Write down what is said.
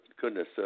goodness